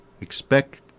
Expect